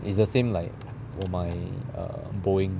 it's the same like 我买 Boeing